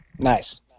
Nice